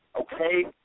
Okay